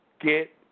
Get